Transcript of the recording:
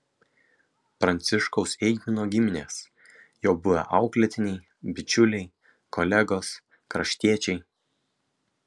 pranciškaus eigmino giminės jo buvę auklėtiniai bičiuliai kolegos kraštiečiai